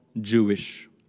Jewish